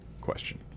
question